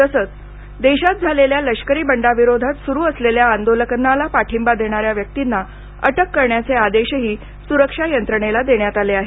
तसंच देशात झालेल्या लष्करी बंडाविरोधात सुरू असलेल्या आंदोलनाला पाठींबा देणाऱ्या व्यक्तींना अटक करण्याचे आदेशही सुरक्षा यंत्रणेला देण्यात आले आहेत